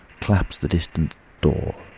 claps the distant door,